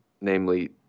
namely